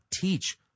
teach